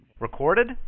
Recorded